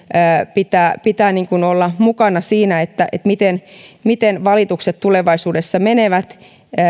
pitää pitää olla mukana siinä miten miten valitukset tulevaisuudessa menevät